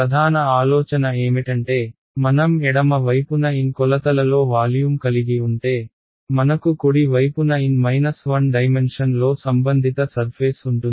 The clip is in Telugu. ప్రధాన ఆలోచన ఏమిటంటే మనం ఎడమ వైపున N కొలతలలో వాల్యూమ్ కలిగి ఉంటే మనకు కుడి వైపున N 1 డైమెన్షన్లో సంబంధిత సర్ఫేస్ ఉంటుంది